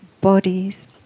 bodies